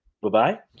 bye-bye